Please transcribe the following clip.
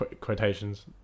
quotations